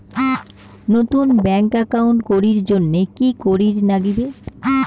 নতুন bank account করির জন্যে কি করিব নাগিবে?